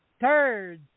turds